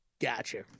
Gotcha